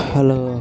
Hello